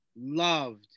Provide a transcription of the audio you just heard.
loved